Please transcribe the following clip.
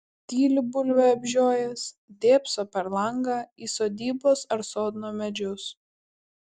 tyli bulvę apžiojęs dėbso per langą į sodybos ar sodno medžius